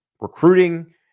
recruiting